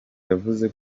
yavuze